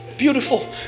beautiful